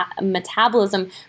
metabolism